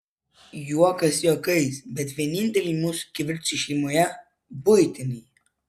juokas juokais bet vieninteliai mūsų kivirčai šeimoje buitiniai